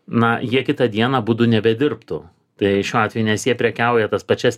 na jie kitą dieną abudu nebedirbtų tai šiuo atveju nes jie prekiauja tas pačias